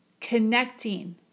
connecting